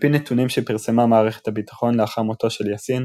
על-פי נתונים שפרסמה מערכת הביטחון לאחר מותו של יאסין,